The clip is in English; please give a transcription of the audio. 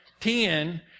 ten